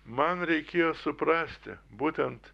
man reikėjo suprasti būtent